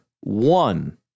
one